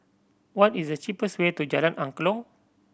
what is the cheapest way to Jalan Angklong